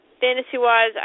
fantasy-wise